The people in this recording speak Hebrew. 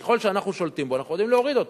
ככל שאנחנו שולטים בו אנחנו יודעים להוריד אותו,